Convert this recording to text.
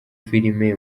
filime